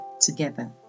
together